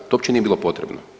To uopće nije bilo potrebno.